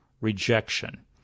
rejection